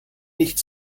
nicht